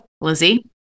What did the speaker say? Lizzie